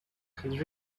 had